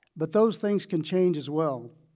but those things can change as well.